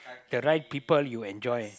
the right people you enjoy